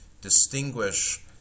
distinguish